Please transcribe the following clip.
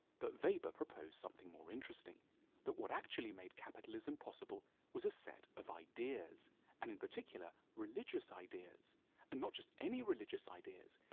but weber proposed something more interesting that what actually made capitalism possible was a set of ideas and in particular religious ideas and not just any religious ideas.